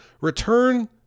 Return